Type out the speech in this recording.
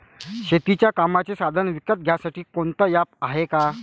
शेतीच्या कामाचे साधनं विकत घ्यासाठी कोनतं ॲप हाये का?